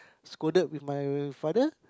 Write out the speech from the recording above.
scolded with my father